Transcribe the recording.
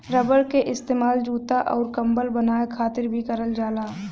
rubber क इस्तेमाल जूता आउर कम्बल बनाये खातिर भी करल जाला